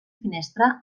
finestra